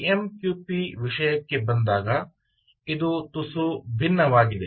AMQP ವಿಷಯಕ್ಕೆ ಬಂದಾಗ ಇದು ತುಸು ಭಿನ್ನವಾಗಿದೆ